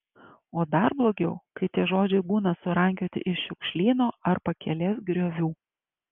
o dar blogiau kai tie žodžiai būna surankioti iš šiukšlyno ar pakelės griovių